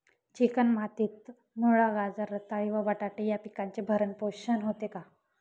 Chicken मातीत मुळा, गाजर, रताळी व बटाटे या पिकांचे भरण पोषण होते का?